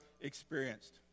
experienced